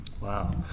Wow